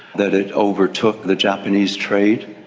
that it overtook the japanese trade.